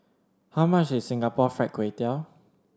how much is Singapore Fried Kway Tiao